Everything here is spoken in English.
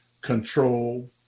control